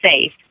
safe